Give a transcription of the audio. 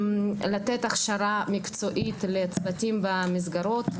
לתת הכשרה מקצועית לצוותים במסגרות,